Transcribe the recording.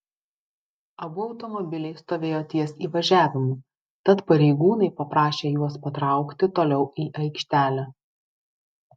abu automobiliai stovėjo ties įvažiavimu tad pareigūnai paprašė juos patraukti toliau į aikštelę